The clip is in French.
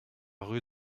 rue